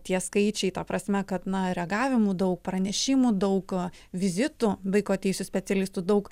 tie skaičiai ta prasme kad na reagavimų daug pranešimų daug vizitų vaiko teisių specialistų daug